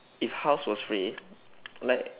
if house was free like